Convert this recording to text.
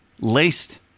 laced